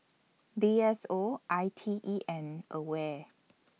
D S O I T E and AWARE